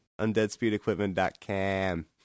UndeadSpeedEquipment.com